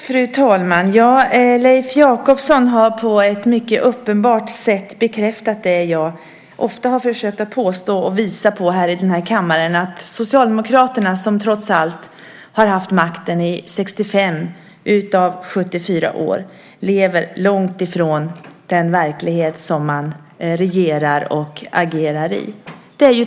Fru talman! Leif Jakobsson har på ett mycket uppenbart sätt bekräftat det jag ofta har försökt att påstå och visa på här i kammaren, nämligen att Socialdemokraterna som trots allt haft makten under 65 av 74 år lever långt ifrån den verklighet som man regerar och agerar i.